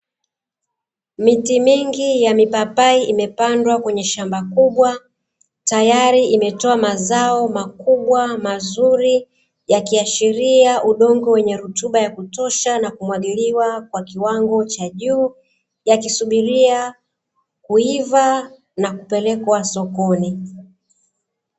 Miti mingi ya mipapai imepandwa kwenye shamba kubwa tayari, imetoa mazao makubwa, mazuri yakiashiria udongo wenye rutuba ya kutosha na kumwagiliwa kwa kiwango cha juu yakisubiria kuiva na kupelekwa sokoni.